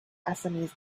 assamese